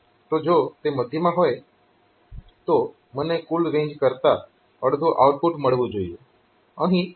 તો જો તે મધ્યમાં હોય તો મને કુલ રેન્જ કરતા અડધુ આઉટપુટ મળવું જોઈએ